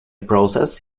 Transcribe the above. process